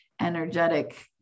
energetic